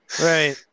Right